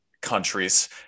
countries